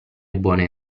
buone